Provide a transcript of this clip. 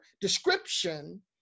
description